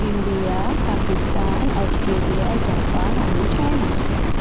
India Pakistan Australia Japan आनी China